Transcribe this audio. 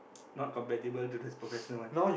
not compatible to the professional one